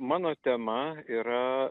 mano tema yra